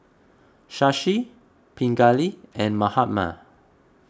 Shashi Pingali and Mahatma